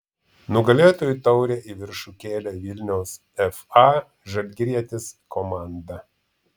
nugalėtojų taurę į viršų kėlė vilniaus fa žalgirietis komanda